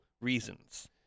reasons